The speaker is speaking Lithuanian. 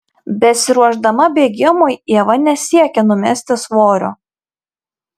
besiruošdama bėgimui ieva nesiekia numesti svorio